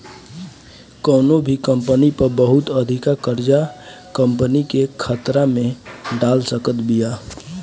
कवनो भी कंपनी पअ बहुत अधिका कर्जा कंपनी के खतरा में डाल सकत बिया